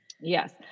Yes